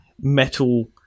metal